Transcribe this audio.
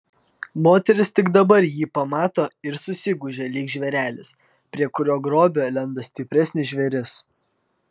moteris tik dabar jį pamato ir susigūžia lyg žvėrelis prie kurio grobio lenda stipresnis žvėris